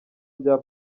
bya